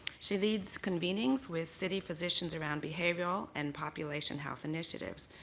she leads convenings with city physicians around behavioral and population health initiatives.